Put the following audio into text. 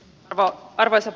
arvoisa puhemies